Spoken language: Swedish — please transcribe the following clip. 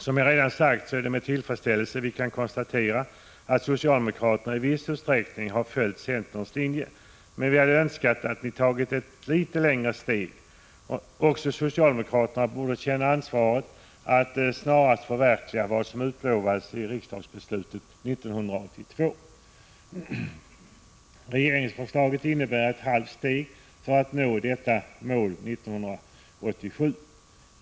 Som jag redan sagt är det med tillfredsställelse vi kan konstatera att socialdemokraterna i viss utsträckning har följt centerns linje, men vi hade önskat att ni tagit ett litet längre steg. Också socialdemokraterna borde känna ansvaret att snarast förverkliga vad som utlovades i riksdagsbeslutet 1982. Regeringsförslaget innebär ett halvt steg för att nå detta mål 1987.